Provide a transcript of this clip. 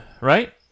Right